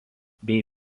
bei